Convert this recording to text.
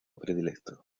predilecto